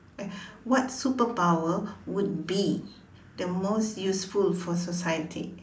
eh what superpower would be the most useful for society